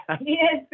Yes